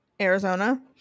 arizona